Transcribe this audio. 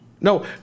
No